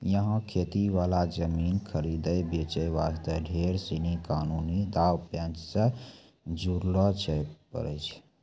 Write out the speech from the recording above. यहाँ खेती वाला जमीन खरीदै बेचे वास्ते ढेर सीनी कानूनी दांव पेंच सॅ गुजरै ल पड़ै छै